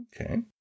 Okay